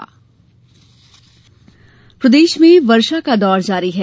मौसम प्रदेश में वर्षा का दौर जारी है